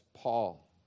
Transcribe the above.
Paul